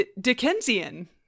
Dickensian